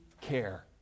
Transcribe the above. care